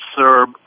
Serb